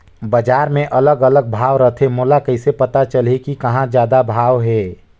बजार मे अलग अलग भाव रथे, मोला कइसे पता चलही कि कहां जादा भाव हे?